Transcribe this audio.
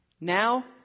Now